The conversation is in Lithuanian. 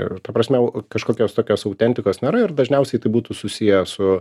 ir ta prasme kažkokios tokios autentikos nėra ir dažniausiai tai būtų susiję su